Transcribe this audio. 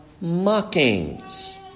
mockings